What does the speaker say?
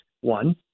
one